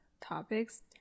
topics